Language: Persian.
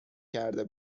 کرده